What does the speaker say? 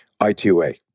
ITOA